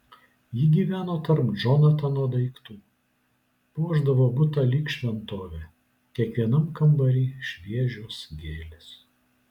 ji gyveno tarp džonatano daiktų puošdavo butą lyg šventovę kiekvienam kambary šviežios gėlės